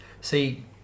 See